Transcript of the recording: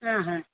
हा हा